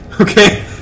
Okay